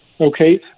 okay